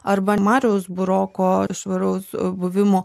arba mariaus buroko švaraus buvimo